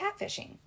catfishing